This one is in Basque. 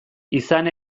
izan